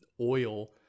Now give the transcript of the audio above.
oil